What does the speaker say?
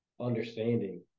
understanding